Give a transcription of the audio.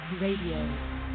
Radio